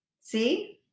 See